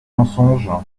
mensonges